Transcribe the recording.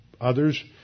others